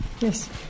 Yes